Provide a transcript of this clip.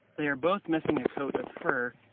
they are both missing a coat of fur,